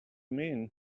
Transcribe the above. mean